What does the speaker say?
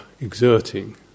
exerting